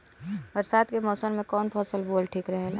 बरसात के मौसम में कउन फसल बोअल ठिक रहेला?